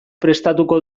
prestatuko